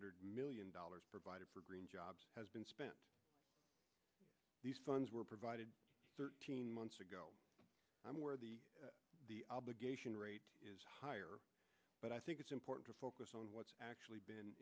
hundred million dollars provided for green jobs has been spent these funds were provided thirteen months ago i'm aware the obligation rate is higher but i think it's important to focus on what's actually been